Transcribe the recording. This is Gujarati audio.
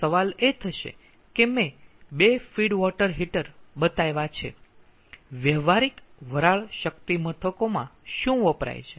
હવે સવાલ એ થશે કે મેં 2 ફીડ વોટર હીટર બતાવ્યા છે વ્યવહારિક વરાળ શક્તિ મથકોમાં શું વપરાય છે